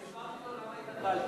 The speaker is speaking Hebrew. אני הסברתי לו למה התבלבלתי.